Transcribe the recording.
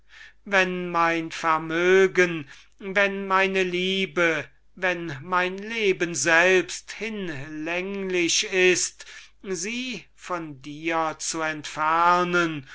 wenn mein vermögen wenn meine liebe wenn mein leben selbst hinlänglich ist sie von dir zu entfernen